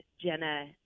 Jenna